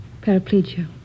Paraplegia